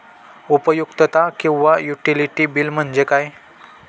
उपयुक्तता किंवा utility bill म्हणजे काय?